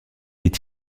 est